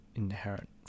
inherent